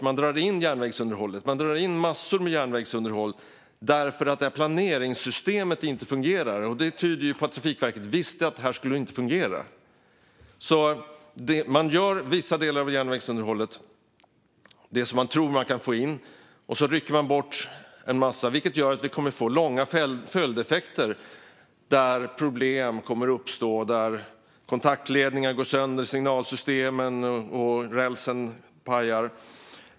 Vad vi nu ser är att man drar in massor av järnvägsunderhåll därför att detta planeringssystem inte fungerar. Det tyder på att Trafikverket visste att detta inte skulle fungera. Man gör alltså vissa delar av järnvägsunderhållet, det som man tror att man kan få in. Sedan rycker man bort en massa annat, vilket gör att vi kommer att få långa följdeffekter då problem kommer att uppstå - kontaktledningar kommer att gå sönder, signalsystem och räls kommer att paja.